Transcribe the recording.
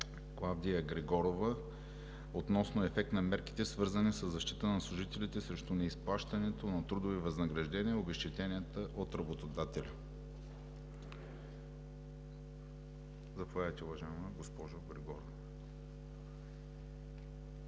Клавдия Григорова относно ефект на мерките, свързани със защита на служителите срещу неизплащането на трудови възнаграждения и обезщетения от работодатели. Заповядайте, госпожо Григорова.